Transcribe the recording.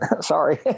Sorry